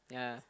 yeah